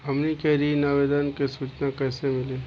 हमनी के ऋण आवेदन के सूचना कैसे मिली?